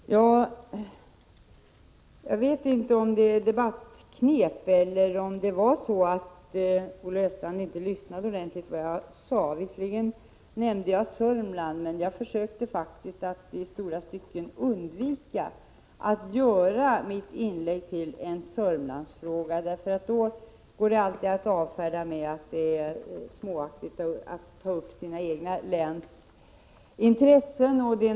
Herr talman! Jag vet inte om detta var ett debattknep eller om Olle Östrand inte lyssnade ordentligt på vad jag sade. Visserligen nämnde jag Södermanland, men jag försökte i långa stycken att undvika att göra mitt inlägg till en Södermanlandsfråga. Jag är medveten om att om man i sådana här sammanhang tar upp regionala frågor är det alltid möjligt att avfärda det som sägs med att det är småaktigt att tala för det egna länets intressen.